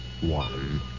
one